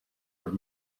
road